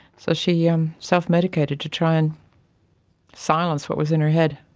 so she yeah um self-medicated to try and silence what was in her head.